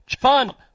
Fun